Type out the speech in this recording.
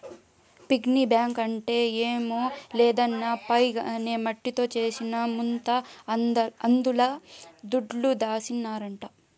piggy bank అంటే ఏం లేదన్నా పైగ్ అనే మట్టితో చేసిన ముంత అందుల దుడ్డు దాసినారంట